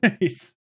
nice